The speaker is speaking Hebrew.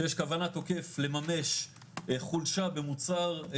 שיש כוונת תוקף לממש חולשה במוצהר כלשהו.